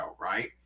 right